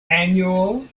annual